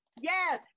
Yes